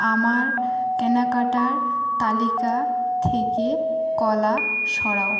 আমার কেনাকাটার তালিকা থেকে কলা সরাও